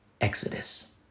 Exodus